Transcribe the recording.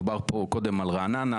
דובר פה קודם על רעננה,